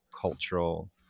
cultural